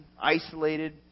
isolated